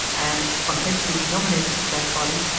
and, on his being nominated to that body,